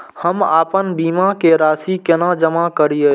हम आपन बीमा के राशि केना जमा करिए?